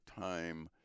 time